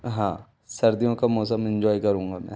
हाँ सर्दियों का मौसम इन्ज्वॉय करूँगा मैं